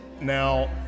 Now